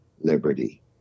liberty